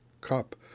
cup